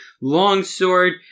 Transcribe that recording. longsword